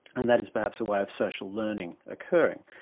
and that is perhaps a way of social learning occurring.